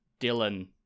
Dylan